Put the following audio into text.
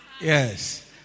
Yes